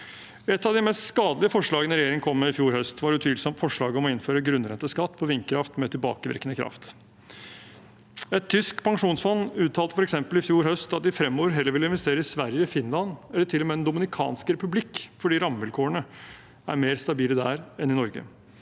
Et av de mest skadelige forslagene regjeringen kom med i fjor høst, var utvilsomt forslaget om å innføre grunnrenteskatt på vindkraft med tilbakevirkende kraft. Et tysk pensjonsfond uttalte f.eks. i fjor høst at de fremover heller ville investere i Sverige, Finland, eller til og med i Den dominikanske republikk fordi rammevilkårene er mer stabile der enn i Norge.